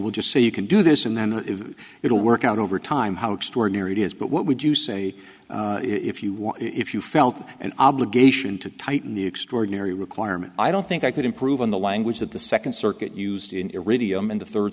will just say you can do this and then it'll work out over time how extraordinary it is but what would you say if you want if you felt an obligation to tighten the extraordinary requirement i don't think i could improve on the language that the second circuit used in iridium and the third